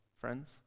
friends